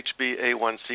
HbA1c